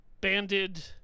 banded